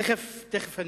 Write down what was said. תיכף.